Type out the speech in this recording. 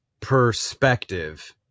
perspective